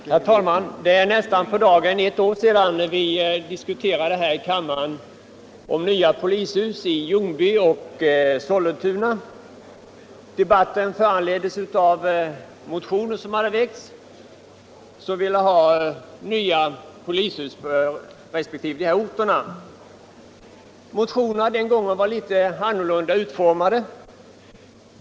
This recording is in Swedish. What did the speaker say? Herr talman! Det är nästan på dagen ett år sedan vi här i kammaren diskuterade nya polishus i Ljungby och Sollentuna. Debatten föranleddes av motioner som innebar att man ville ha nya polishus på dessa båda orter. Motionerna den gången var litet olika utformade.